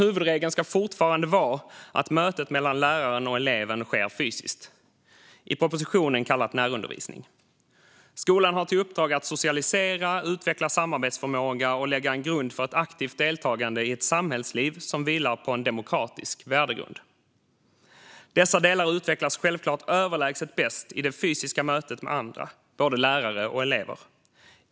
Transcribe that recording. Huvudregeln ska fortfarande vara att mötet mellan läraren och eleven sker fysiskt, i propositionen kallat närundervisning. Skolan har till uppdrag att socialisera, utveckla samarbetsförmåga och lägga en grund för ett aktivt deltagande i ett samhällsliv som vilar på en demokratisk värdegrund. Dessa delar utvecklas självklart överlägset bäst i det fysiska mötet med andra, både lärare och elever.